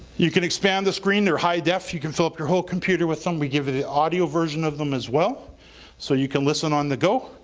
you can expand the screen or high def, you can fill up your whole computer. with some we give you the audio version of them as well so you can listen on the go.